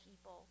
people